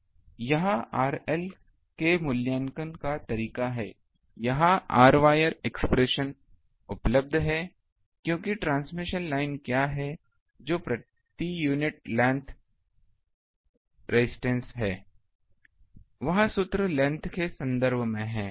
तो यह RLके मूल्यांकन का तरीका है यह rwire एक्सप्रेशन उपलब्ध है क्योंकि ट्रांसमिशन लाइन क्या है जो प्रति यूनिट लेंथ रेसिस्टेन्स है वह सूत्र लेंथ के संदर्भ में है